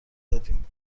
دادیم